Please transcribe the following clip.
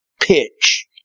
pitch